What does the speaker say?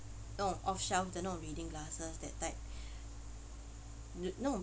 oh off-shelf the non-reading glasses that type n~ no